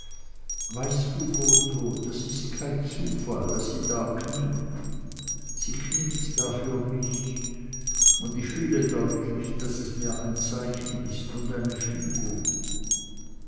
weißt du botho das ist kein zufall daß sie da kniet sie kniet da für mich und ich fühle deutlich daß es mir ein zeichen ist und eine fügung